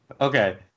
Okay